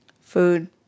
Food